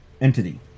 entity